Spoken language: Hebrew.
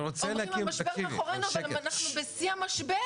אומרים 'המשבר מאחורינו' אבל אנחנו בשיא המשבר.